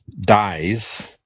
dies